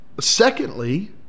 secondly